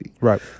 Right